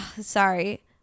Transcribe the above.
sorry